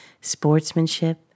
Sportsmanship